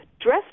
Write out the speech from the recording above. dress